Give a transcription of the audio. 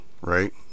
right